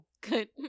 good